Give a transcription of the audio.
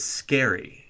scary